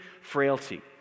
frailty